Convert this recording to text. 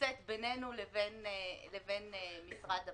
שנמצאת בינינו לבין משרד המשפטים.